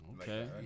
Okay